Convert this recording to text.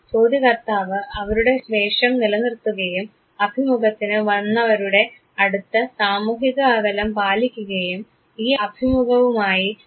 ചോദ്യകർത്താവ് അവരുടെ വേഷം നിലനിർത്തുകയും അഭിമുഖത്തിനു വന്നവരുടെ അടുത്ത് സാമൂഹിക അകലം പാലിക്കുകയും ഈ അഭിമുഖവുമായി മുന്നോട്ടു പോവുകയും ചെയ്യുന്നു